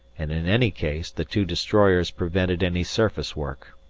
and in any case the two destroyers prevented any surface work.